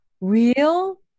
real